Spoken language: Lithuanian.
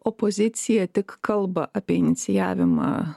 opozicija tik kalba apie inicijavimą